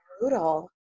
brutal